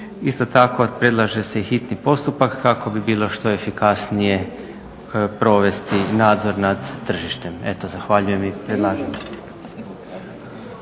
Isto tako predlaže se i hitni postupak kako bi bilo što efikasnije provesti nadzor nad tržištem. Eto zahvaljujem i predlažem.